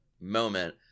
moment